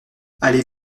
allée